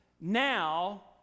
now